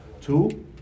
Two